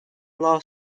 law